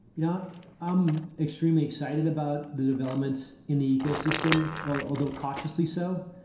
you know i'm extremely excited about the developments in the ecosystem although cautiously so.